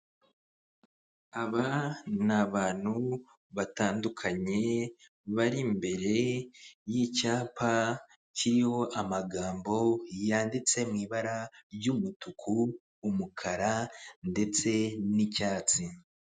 Aba ni abantu batandukanye bari imbere y'icyapa kiriho amagambo yanditse mu ibara ry'umutuku, umukara ndetse n'icyatsi.